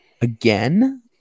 Again